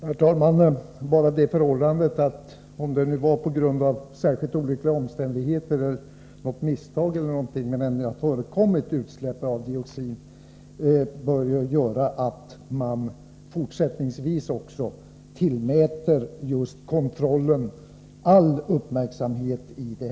Herr talman! Bara det förhållandet att det ändå har förekommit utsläpp av dioxion, om det nu skedde på grund av särskilt olyckliga omständigheter, av misstag eller av annan orsak, bör leda till att man också fortsättningsvis ägnar all uppmärksamhet åt kontrollen i det här avseendet.